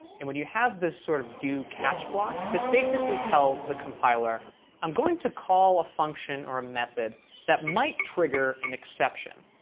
and when you have this sort of do catch block, this basically tells the compiler i'm going to call a function or a method that might trigger an exception.